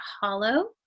hollow